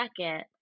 second